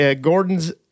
Gordon's